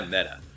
Meta